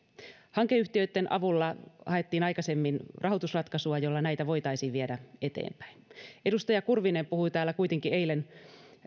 hankeyhtiöitten avulla haettiin aikaisemmin rahoitusratkaisua jolla näitä voitaisiin viedä eteenpäin edustaja kurvinen puhui täällä kuitenkin eilen